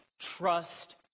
trust